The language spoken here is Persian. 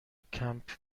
کمپ